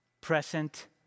present